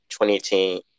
2018